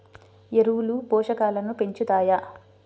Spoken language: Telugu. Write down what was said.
ఎరువులు పోషకాలను పెంచుతాయా?